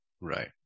right